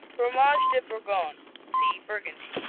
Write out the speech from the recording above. fromage de bourgogne see burgundy.